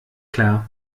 klar